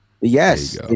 Yes